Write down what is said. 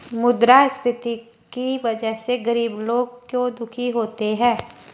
मुद्रास्फीति की वजह से गरीब लोग क्यों दुखी होते हैं?